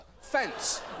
fence